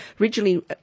Originally